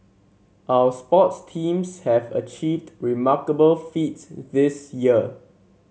our sports teams have achieved remarkable feats this year